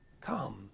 Come